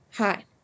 Hi